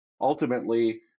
Ultimately